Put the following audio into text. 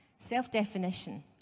Self-definition